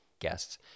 guests